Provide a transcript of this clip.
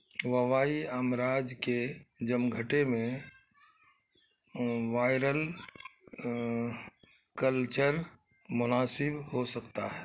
ووائی امراض کے جمگھٹے میں وائرل کلچر مناسب ہو سکتا ہے